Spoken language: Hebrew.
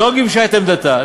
לא גיבשה את עמדתה?